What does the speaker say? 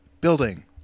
building